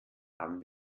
haben